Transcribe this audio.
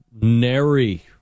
nary